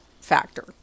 factor